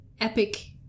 epic